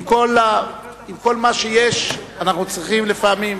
עם כל מה שיש אנחנו צריכים לפעמים,